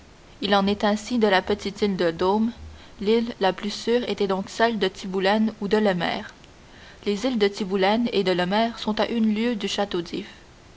il en est ainsi de la petite île de daume l'île la plus sûre était donc celle de tiboulen ou de lemaire les îles de tiboulen et de lemaire sont à une lieue du château